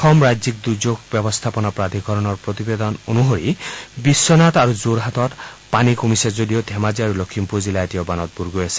অসম ৰাজ্যিক দুৰ্যোগ ব্যৱস্থাপনা প্ৰাধিকৰণৰ প্ৰতিবেদন অনুসৰি বিশ্বনাথ আৰু যোৰহাটত পানী কমিছে যদিও ধেমাজি আৰু লখিমপুৰ জিলা এতিয়াও বানত বুৰ গৈ আছে